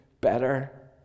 better